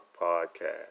podcast